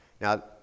Now